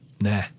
Nah